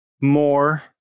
more